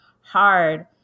hard